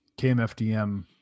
KMFDM